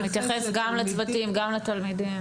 הוא מתייחס גם לצוותים, גם לתלמידים.